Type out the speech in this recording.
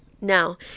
Now